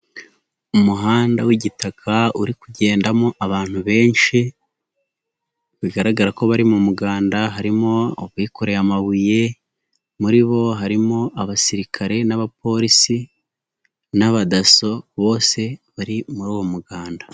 Umuhanda w'igitaka uri kugendamo abantu benshi bigaragara ko bari mu muganda, harimo abikoreye amabuye, muri bo harimo abasirikare n'abapolisi n'abadasso bose bari muri uwo muganda.